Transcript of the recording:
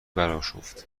براشفت